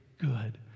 good